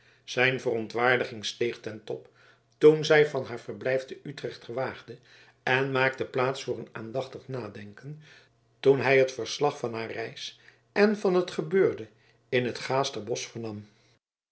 zijn verontwaardiging steeg ten top toen zij van haar verblijf te utrecht gewaagde en maakte plaats voor een aandachtig nadenken toen hij het verslag van haar reis en van het gebeurde in t gaasterbosch vernam